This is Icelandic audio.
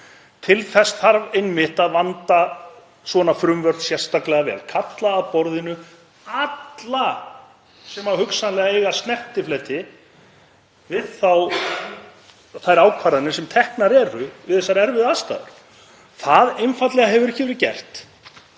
Til þess þarf einmitt að vanda svona frumvörp sérstaklega vel og kalla að borðinu alla sem hugsanlega eiga snertifleti við þær ákvarðanir sem teknar eru við þessar erfiðu aðstæður. Það hefur einfaldlega ekki verið gert.